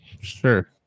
sure